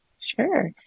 Sure